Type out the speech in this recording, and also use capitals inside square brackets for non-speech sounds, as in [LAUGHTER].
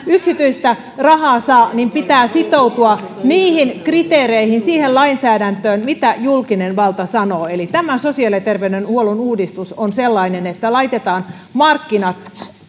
[UNINTELLIGIBLE] yksityistä rahaa saa niin pitää sitoutua niihin kriteereihin siihen lainsäädäntöön mitä julkinen valta sanoo eli tämä sosiaali ja terveydenhuollon uudistus on sellainen että laitetaan markkinat